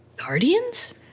Guardians